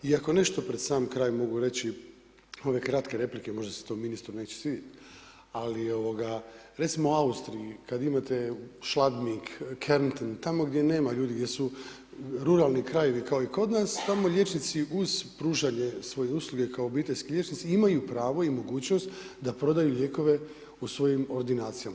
I ako nešto pred sam kraj mogu reći, ove kratke replike, možda se to ministru neće svidjeti, ali, recimo u Austriji, kada imate u … tamo gdje nema ljudi, gdje su ruralni krajevi kao i kod nas, tamo liječnici uz pružanje svojih usluga kao obiteljski liječnici, imaju pravo i mogućnost da prodaju lijekove u svojim ordinacijama.